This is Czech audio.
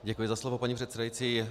Děkuji za slovo, paní předsedající.